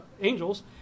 angels